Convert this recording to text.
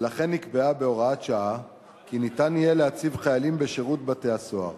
ולכן נקבע בהוראת שעה כי יהיה אפשר להציב חיילים בשירות בתי-הסוהר